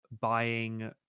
buying